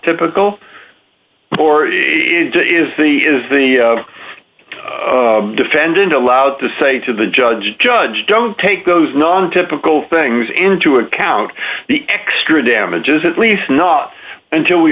to is the is the defendant allowed to say to the judge judge don't take those non typical things into account the extra damages at least not until we